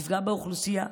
יפגע באוכלוסייה,